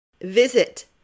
Visit